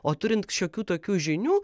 o turint šiokių tokių žinių